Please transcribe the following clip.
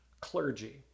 clergy